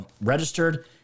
registered